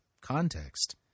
context